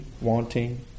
wanting